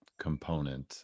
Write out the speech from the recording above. component